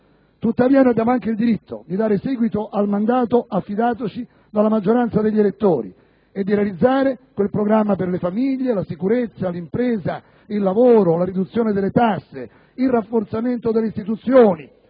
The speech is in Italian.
Tuttavia, abbiamo il diritto di dare seguito al mandato affidatoci dalla maggioranza degli elettori e di realizzare quel programma per le famiglie, la sicurezza, l'impresa, il lavoro, la riduzione delle tasse, il rafforzamento delle istituzioni,